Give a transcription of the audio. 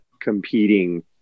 competing